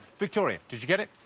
victoria did you get it?